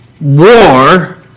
war